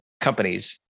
companies